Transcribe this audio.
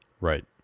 Right